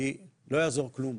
כי לא יעזור כלום,